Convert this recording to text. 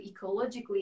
ecologically